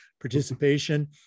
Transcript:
participation